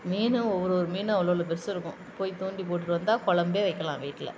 மீன் ஒரு ஒரு மீனும் அவ்வளோ அவ்வளோ பெருசு இருக்கும் போய் தூண்டி போட்டுகிட்டு வந்தால் குழம்பே வைக்கலாம் வீட்டில்